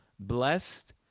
blessed